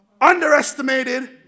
underestimated